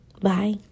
Bye